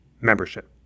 membership